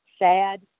Sad